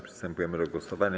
Przystępujemy do głosowania.